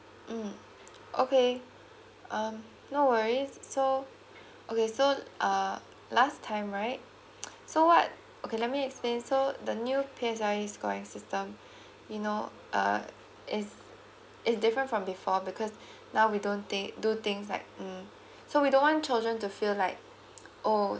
mm okay um no worries so okay so uh last time right so what okay let me explain so the P_S_L_E scoring system you know uh is is different from before because now we don't take do things like mm so we don't want children to feel like oh